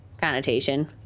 connotation